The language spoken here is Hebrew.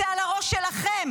זה על הראש שלכם,